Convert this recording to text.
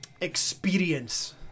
experience